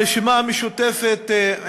הרשימה המשותפת,